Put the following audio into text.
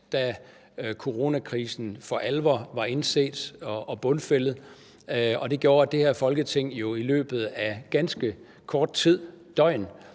da coronakrisen for alvor var indset og bundfældet, og det gjorde jo, at det her Folketing i løbet af ganske kort tid – et døgn